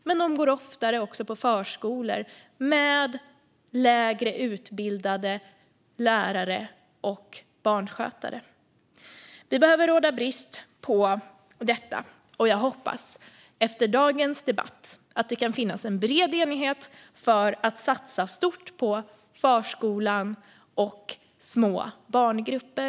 De går också oftare på förskolor med lärare och barnskötare med lägre utbildning. Vi behöver råda bot på detta. Jag hoppas att det efter dagens debatt kan finnas en bred enighet för att satsa stort på förskolan och små barngrupper.